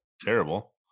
Terrible